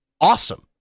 awesome